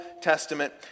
Testament